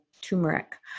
turmeric